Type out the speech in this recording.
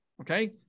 Okay